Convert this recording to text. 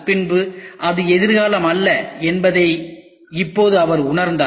பின்பு அது எதிர்காலம் அல்ல என்பதை இப்போது அவர் உணர்ந்தார்